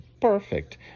Perfect